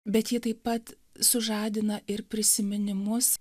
bet ji taip pat sužadina ir prisiminimus